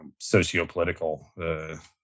sociopolitical